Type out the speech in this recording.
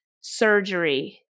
surgery